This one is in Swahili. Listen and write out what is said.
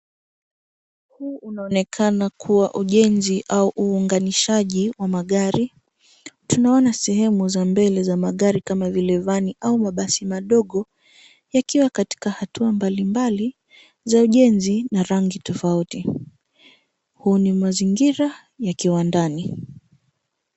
Huu unaonekana kuwa ujenzi au uunganishaji wa magari. Tumeona sehemu za mbele za magari kama vile vani au mabasi madogo yakiwa katika hatua mbalimbali za ujenzi na rangi tofauti. Huu ni mazingira yakiwa ndani.